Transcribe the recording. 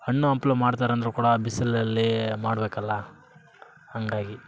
ಹಣ್ಣು ಹಂಪಲು ಮಾರ್ತಾರೆ ಅಂದರು ಕೂಡ ಬಿಸಿಲಲ್ಲಿ ಮಾಡಬೇಕಲ್ಲ ಹಂಗಾಗಿ